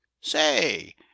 say